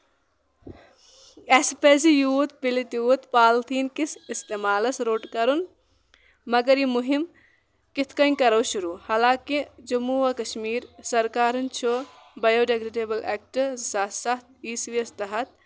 اَسہِ پَزِ یوٗت پِلہِ تیوٗت پالیٖتھیٖن کِس اِستعمالَس روٚٹ کَرُن مَگر یہِ مُہم کِتھ کَنۍ کَرو شُروغ ہالانٛکہِ جموں و کَشمیٖر سرکارن چھُ بیوڈیگریڈیبل ایکٹ زٕساس سَتھ ایٖسویس تحت